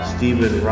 Stephen